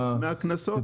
מהקנסות.